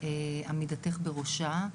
עמידתך בראשה.